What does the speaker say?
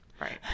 Right